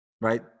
right